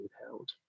withheld